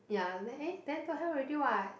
ya then eh then don't have already what